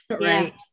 right